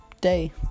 day